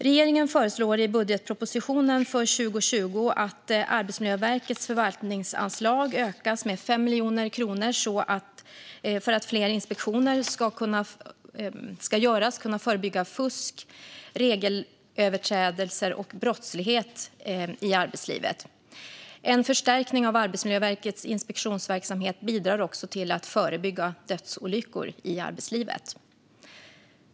Regeringen föreslår i budgetpropositionen för 2020 att Arbetsmiljöverkets förvaltningsanslag ökas med 5 miljoner kronor så att fler inspektioner kan göras för att förebygga fusk, regelöverträdelser och brottslighet i arbetslivet. En förstärkning av Arbetsmiljöverkets inspektionsverksamhet bidrar också till att förebygga dödsolyckor i arbetslivet.